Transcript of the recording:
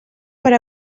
per